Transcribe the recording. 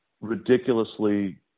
ridiculously